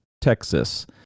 Texas